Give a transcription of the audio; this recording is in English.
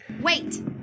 Wait